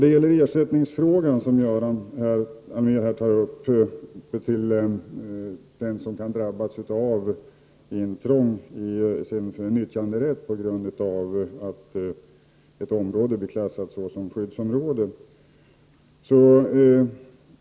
Göran Allmér tog också upp frågan om ersättning till den som drabbas av intrång i sin nyttjanderätt på grund av att ett område blir klassat såsom skyddsområde.